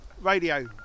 radio